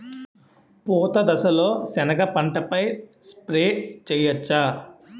పూత దశలో సెనగ పంటపై స్ప్రే చేయచ్చా?